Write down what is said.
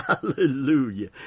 Hallelujah